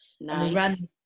Nice